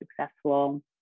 successful